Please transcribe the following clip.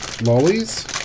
lollies